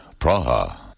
Praha